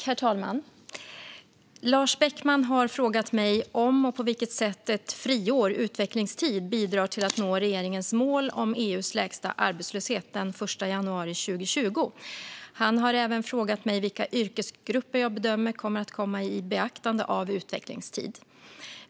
Herr talman! Lars Beckman har frågat mig på vilket sätt ett friår/utvecklingstid bidrar till att nå regeringens mål om EU:s lägsta arbetslöshet den 1 januari 2020. Han har även frågat mig vilka yrkesgrupper jag bedömer kommer att komma i beaktande för utvecklingstid.